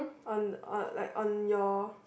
on on like on your